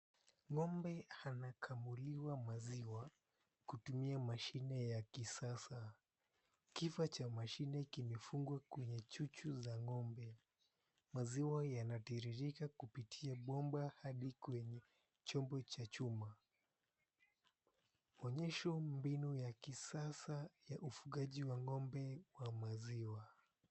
Ng'ombe anakamuliwa maziwa kutumia mashine ya kisasa. Kifaa cha mashine kimefungwa kwenye chuchu za ng'ombe. Maziwa yanatiririka kupitia bomba hadi kwenye chombo cha chuma. Onyesho mbinu ya kisasa ya ufugaji wa ng'ombe wa maziwa.